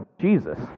Jesus